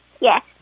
Yes